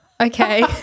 okay